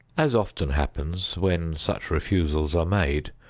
as often happens, when such refusals are made,